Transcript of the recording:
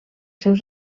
seus